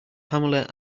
pamela